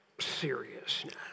seriousness